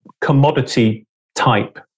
commodity-type